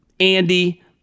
Andy